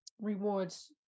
rewards